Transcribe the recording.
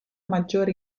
maggiore